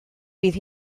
bydd